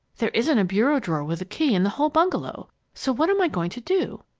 there isn't a bureau-drawer with a key in the whole bungalow so what am i going to do?